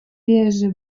реже